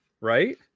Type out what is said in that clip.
right